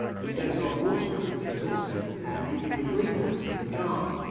and he goes on, waterproofing is also handy in the greenhouse and the garden.